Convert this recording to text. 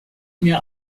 mir